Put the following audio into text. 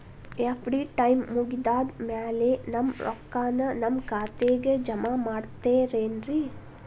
FD time ಮುಗಿದಾದ್ ಮ್ಯಾಲೆ ನಮ್ ರೊಕ್ಕಾನ ನಮ್ ಖಾತೆಗೆ ಜಮಾ ಮಾಡ್ತೇರೆನ್ರಿ?